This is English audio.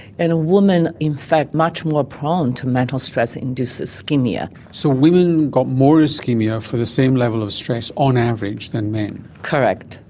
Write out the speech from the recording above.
and women are in fact much more prone to mental stress induced ischemia. so women got more ischemia for the same level of stress on average than men? correct.